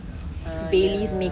err ya ya ya